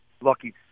Lucky